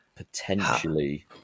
Potentially